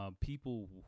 people